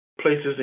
places